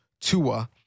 Tua